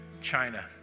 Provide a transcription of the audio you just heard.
China